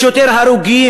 יש יותר הרוגים,